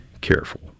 careful